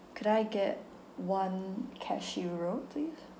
could I get one cashew road please